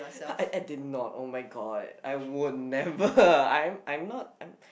I did not oh-my-god I wouldn't never I'm I'm not I'm